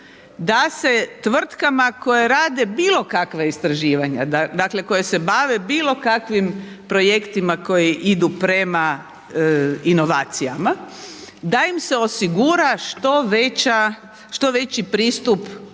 da se tvrtkama koje rade bilo kakva istraživanja, dakle koje se bave bilo kakvim projektima koji idu prema inovacijama, da im se osigura što veći pristup